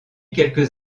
quelques